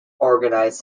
organise